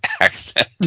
accent